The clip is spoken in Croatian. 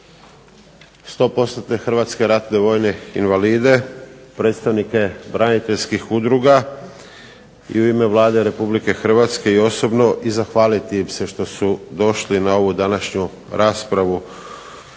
hrvatske ratne vojne invalide, predstavnike braniteljskih udruga i u ime Vlade Republike Hrvatske i osobno i zahvaliti im se što su došli na ovu današnju raspravu